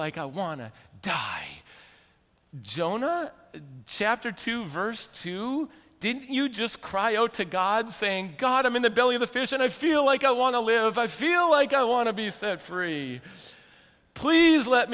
like i want to die jonah chapter two verse two didn't you just cry oh to god saying god i'm in the belly of the fish and i feel like i want to live i feel like i want to be set free please let